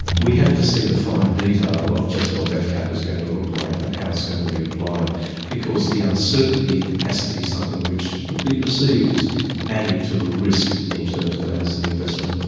we have to see the fine detail of just what that cap going to look like and how it's going to be applied because the uncertainty has to be something which would be perceived as adding to the risk in terms of that as an investment.